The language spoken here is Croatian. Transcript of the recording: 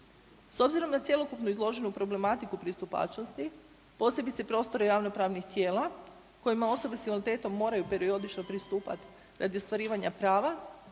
S obzirom na cijelu izloženu problematiku pristupačnosti, posebice prostor javnopravnih tijela kojima osobe s invaliditetom moraju periodično pristupat radi ostvarivanja prava